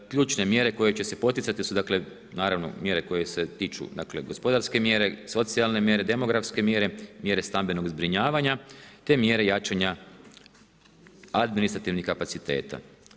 Ključne mjere koje će se poticati su naravno, mjere koje se tiču, dakle gospodarske mjere, socijalne mjere, demografske mjere, mjere stambenog zbrinjavanja, te mjere jačanja administrativnih kapaciteta.